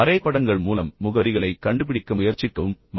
வரைபடங்கள் மூலம் முகவரிகளைக் கண்டுபிடிக்க முயற்சிக்கவும் மக்களைக் கேட்கவும்